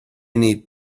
need